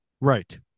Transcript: Right